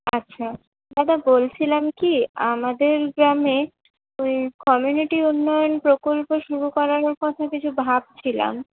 আচ্ছা দাদা বলছিলাম কি আমাদের গ্রামে ওই কমিউনিটি উন্নয়ন প্রকল্প শুরু করার ওপর তো কিছু ভাবছিলাম